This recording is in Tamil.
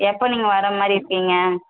எப்போ நீங்கள் வர மாதிரி இருக்கீங்கள்